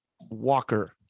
Walker